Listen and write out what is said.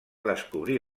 descobrir